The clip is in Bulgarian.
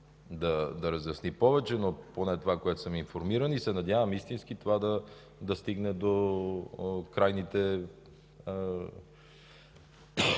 да разясни повече, но поне това, което съм информиран... Надявам се истински това да стигне до крайните